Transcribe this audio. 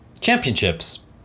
championships